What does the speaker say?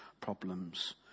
problems